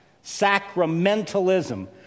Sacramentalism